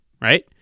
right